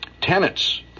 tenants